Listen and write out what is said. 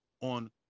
on